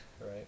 Right